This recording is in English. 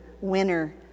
winner